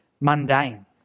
mundane